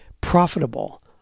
profitable